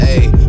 Ayy